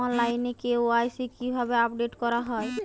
অনলাইনে কে.ওয়াই.সি কিভাবে আপডেট করা হয়?